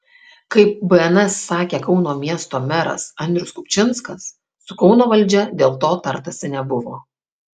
kaip bns sakė kauno miesto meras andrius kupčinskas su kauno valdžia dėl to tartasi nebuvo